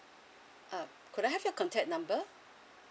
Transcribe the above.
uh could I have your contact number